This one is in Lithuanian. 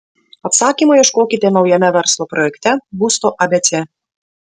atsakymo ieškokite naujame verslo projekte būsto abc